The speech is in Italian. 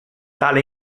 tale